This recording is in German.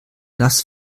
das